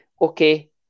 okay